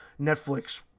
Netflix